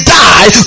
die